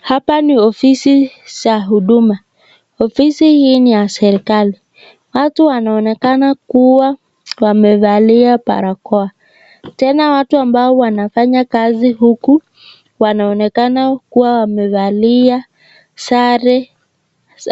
Hapa ni ofisi za huduma. Ofisi hii ni ya serikali. Watu wanaonekana kuwa wamevalia barakoa. Tena watu ambao wanafanya kazi huku wanaonekana kuwa wamevaa sare